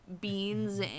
beans